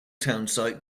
townsite